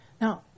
Now